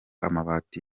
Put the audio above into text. amabati